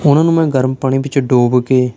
ਉਹਨਾਂ ਨੂੰ ਮੈਂ ਗਰਮ ਪਾਣੀ ਵਿੱਚ ਡੋਬ ਕੇ